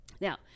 Now